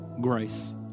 Grace